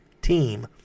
team